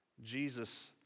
Jesus